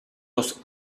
los